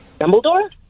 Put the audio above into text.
Dumbledore